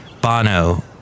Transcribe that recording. Bono